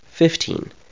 Fifteen